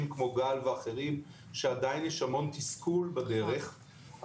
כמו גל ואחרים שעדיין יש המון תסכול בדרך,